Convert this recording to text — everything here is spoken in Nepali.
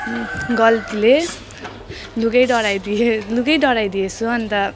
गल्तीले लुगा डढाइदिएँ लुगा डढाइदिएछु अन्त